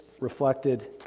reflected